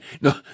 no